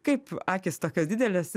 kaip akys tokios didelės